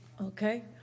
Okay